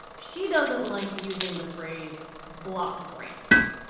she doesn't like using the phrase block grants.